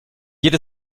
geht